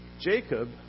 Jacob